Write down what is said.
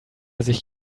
sich